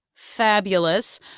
fabulous